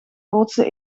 grootste